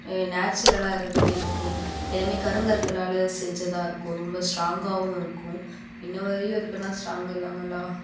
நேச்சுரலாக இருக்கு இருக்கும் எல்லாம் கருங்கற்களால் செஞ்சதாயிருக்கும் ரொம்ப ஸ்ட்ராங்காகவும் இருக்கும் இன்று வரையும் இருக்குன்னா ஸ்ட்ராங் இல்லாமலா